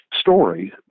story